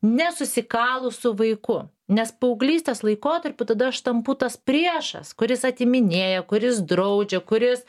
nesusikalus su vaiku nes paauglystės laikotarpiu tada aš tampu tas priešas kuris atiminėja kuris draudžia kuris